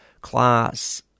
class